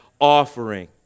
offering